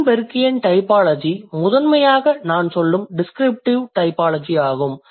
Greenbergian typology முதன்மையாக நான் சொல்லும் டிஸ்கிரிப்டிவ் டைபாலஜி ஆகும்